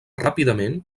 ràpidament